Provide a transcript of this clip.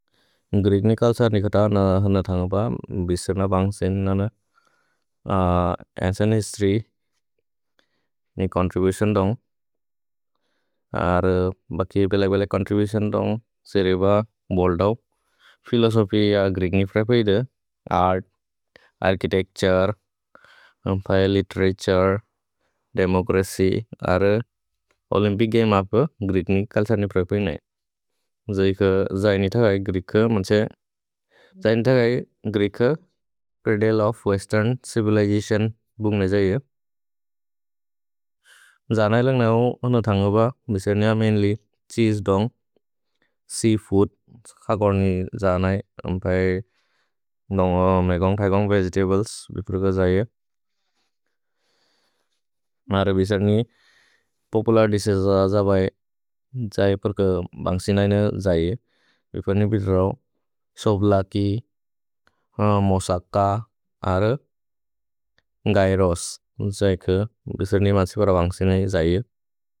ग्रिग्नि कल्सर्नि कत अनदन थन्गब बिसेन बन्ग् सिनन। असन् हिस्त्रि नि चोन्त्रिबुतिओन् दोन्ग्। अर बकि बेल-बेल चोन्त्रिबुतिओन् दोन्ग्, सेरेब बोल्दौ फिलोसोफि अ ग्रिग्नि प्रए पैद, अर्त्, अर्छितेच्तुरे। फिले लितेरतुरे, देमोच्रच्य्, अर ओल्य्म्पिच् गमे अप ग्रिग्नि कल्सर्नि प्रए पैन। जै क जै नि थगै ग्रिग् क मन्छे, जै नि थगै ग्रिग् क च्रद्ले ओफ् वेस्तेर्न् चिविलिजतिओन् बुन्ग जै ए। जनै लन्ग् नौ अनदन थन्गब बिसेन मैन्ल्य् छीसे दोन्ग्। सेअफूद् खकोर्नि जनै, अम्फै दोन्ग् मेकोन्ग् थैकोन्ग् वेगेतब्लेस्, बिपुर क जै ए। मरे बिसनि पोपुलर् दिशेस् जज बै, जै प्रक बन्ग् सिनन जै ए। भिपुर्नि बिद्रौ सोब्लकि, मोसक, अर गैरोस्। जै क बिसनि मन्छे पर बन्ग् सिनन जै ए।